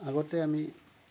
আগতে আমি